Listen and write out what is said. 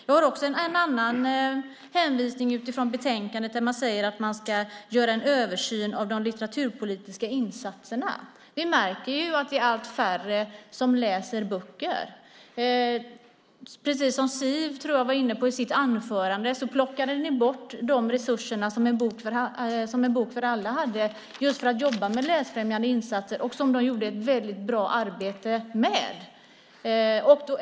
Jag har en annan hänvisning till betänkandet där man säger att man ska göra en översyn av de litteraturpolitiska insatserna. Vi märker att allt färre läser böcker. Som Siv var inne på i sitt anförande plockade ni bort de resurser som En bok för alla hade för att jobba med läsfrämjande insatser och som de gjorde ett väldigt bra arbete med.